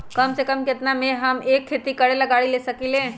कम से कम केतना में हम एक खेती करेला गाड़ी ले सकींले?